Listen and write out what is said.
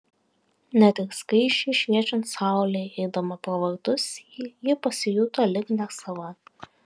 net ir skaisčiai šviečiant saulei eidama pro vartus ji pasijuto lyg nesava